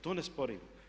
To ne sporim.